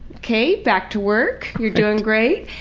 kay, back to work! you're doing great!